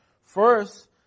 First